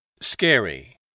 Scary